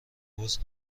حوض